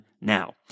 now